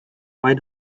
maen